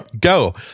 Go